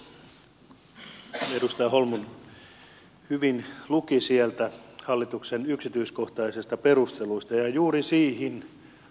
edustaja holmlund hyvin luki sieltä hallituksen yksityiskohtaisista perusteluista ja juuri niihin halusin puuttua